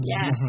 Yes